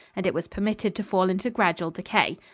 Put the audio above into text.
and it was permitted to fall into gradual decay.